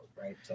right